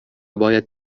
باید